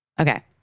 Okay